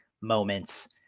moments